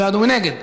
מי בעד ומי נגד?